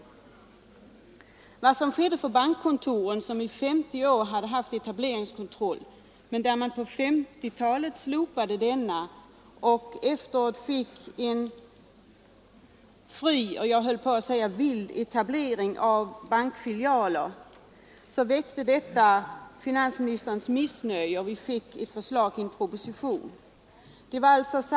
I 50 år hade man haft etableringskontroll för bankkontor när denna slopades på 1950-talet. Det blev då en fri och, höll jag på att säga, vild etablering av bankfilialer. Detta väckte finansministerns missnöje, och vi fick ett propositionsförslag om en begränsning av den fria etableringsrätten.